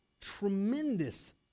tremendous